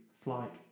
flight